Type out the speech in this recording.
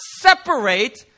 separate